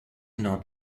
not